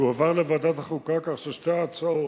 תועבר לוועדת החוקה, כך ששתי ההצעות,